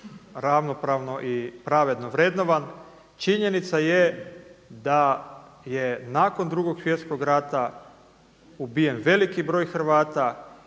ravnopravno i pravedno vrednovan. Činjenica je da je nakon Drugog svjetskog rata ubijen veliki broj Hrvata